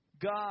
God